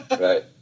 right